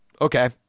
Okay